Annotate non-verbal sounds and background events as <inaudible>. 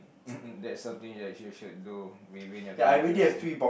<laughs> that's something you actually should do within your twenty first year